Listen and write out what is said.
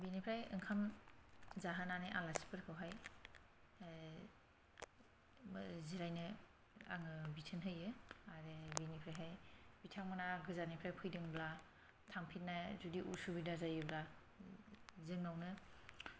बिनिफ्राय ओंखाम जाहोनानै आलासिफोरखौहाय जिरायनो आङो बिथोन होयो आरो बिनिफ्रायहाय बिथांमोना गोजाननिफ्राय फैदोंब्ला थांफिननायाव जुदि उसुबिदा जायोब्ला ओम जोंनावनो